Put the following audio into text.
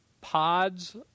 pods